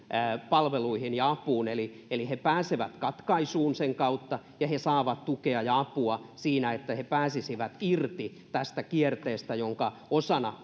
palveluihin ja apuun eli eli he pääsevät katkaisuun sen kautta ja he saavat tukea ja apua siinä että he pääsisivät irti kierteestä jonka osana